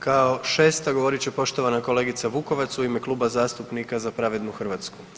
Kao šesta govorit će poštovana kolegica Vukovac u ime Kluba zastupnika Za pravednu Hrvatsku.